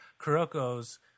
Kuroko's